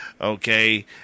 Okay